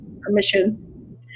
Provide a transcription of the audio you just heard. permission